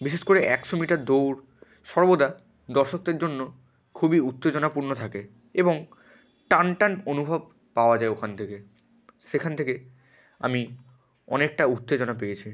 বিশেষ করে একশো মিটার দৌড় সর্বদা দর্শকদের জন্য খুবই উত্তেজনাপূর্ণ থাকে এবং টানটান অনুভব পাওয়া যায় ওখান থেকে সেখান থেকে আমি অনেকটা উত্তেজনা পেয়েছি